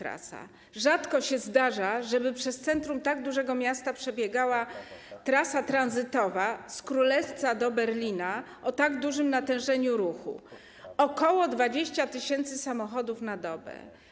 Rzadko się zdarza, żeby przez centrum tak dużego miasta przebiegała trasa tranzytowa, z Królewca do Berlina, o tak dużym natężeniu ruchu - ok. 20 tys. samochodów na dobę.